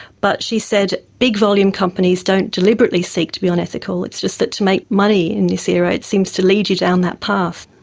but she said big-volume companies don't deliberately seek to be unethical, it's just that to make money in this area it seems to lead you down that path.